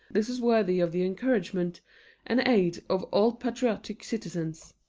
this is worthy of the encouragement and aid of all patriotic citizens.